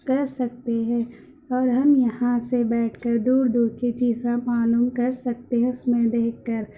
کر سکتے ہیں اور ہم یہاں سے بیٹھ کر دور دور کی چیزیں معلوم کر سکتے ہیں اس میں دیکھ کر